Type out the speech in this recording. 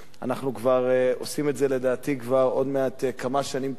אנחנו עושים את זה לדעתי כבר כמה שנים טובות,